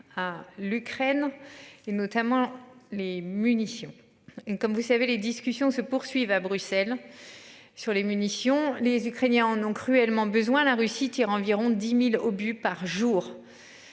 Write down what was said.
à l'Ukraine et notamment les munitions et comme vous savez les 10. Question se poursuivent à Bruxelles. Sur les munitions les Ukrainiens en ont cruellement besoin la Russie tire environ 10.000 obus par jour.